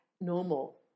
Normal